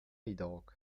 idag